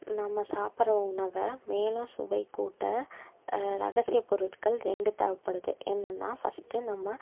நாம் சாப்புடற உணவை மேலும் சுவை கூட்ட ரகசிய பொருட்கள் ரெண்டு தேவைப்படுது என்னென்னால் ஃபஸ்ட்டு நம்ம